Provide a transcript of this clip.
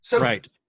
Right